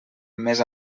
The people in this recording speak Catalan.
més